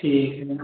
ठीक है